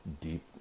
deep